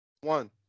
one